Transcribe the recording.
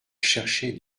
chercher